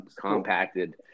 compacted